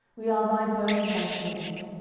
we are thy bone and thy flesh.